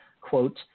Quote